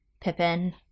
Pippin